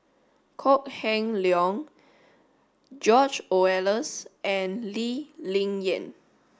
Kok Heng Leun George Oehlers and Lee Ling Yen